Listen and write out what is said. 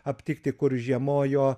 aptikti kur žiemojo